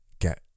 get